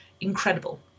incredible